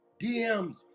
DMs